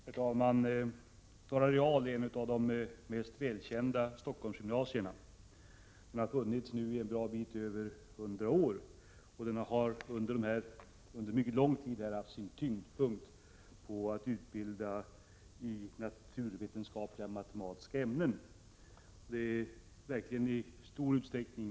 Herr talman! Norra real är ett av de mest välkända Stockholmsgymnasierna. Skolan har funnits i mer än 100 år och har under mycket lång tid haft tyngdpunkten lagd på utbildning inom naturvetenskapliga och matematiska ämnen.